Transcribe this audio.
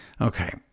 Okay